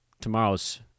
tomorrow's